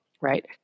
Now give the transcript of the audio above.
right